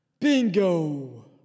Bingo